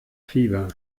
fieber